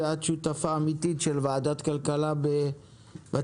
את שותפה אמיתית של ועדת הכלכלה בטיפול